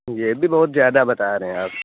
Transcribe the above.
یہ بھی بہت زیادہ بتا رہے ہیں آپ